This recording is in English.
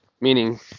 meaning